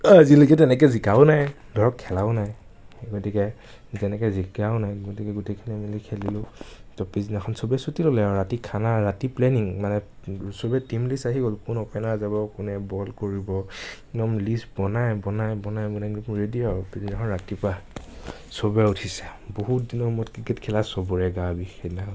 আজিলৈকে তেনেকে জিকাও নাই ধৰক খেলাও নাই গতিকে তেনেকৈ জিকাও নাই গতিকে গোটেইখিনি মিলি খেলিলোঁ তৌ পিছদিনাখন চবে চুটি ল'লে আৰু ৰাতি খানা ৰাতি প্লেনিং মানে চবে টিম লিষ্ট আহি গ'ল কোন অপেনাৰ যাব কোনে বল কৰিব একদম লিষ্ট বনাই বনাই বনাই বনাই বিলকুল ৰেডি আৰু পিছদিনাখন ৰাতিপুৱা চবে উঠিছে বহুত দিনৰ মূৰত ক্ৰিকেট খেলা চবৰে গাৰ বিষ সিদিনাখন